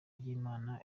ry’imana